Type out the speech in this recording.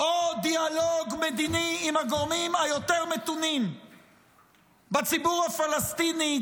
או דיאלוג מדיני עם הגורמים היותר-מתונים בציבור הפלסטיני,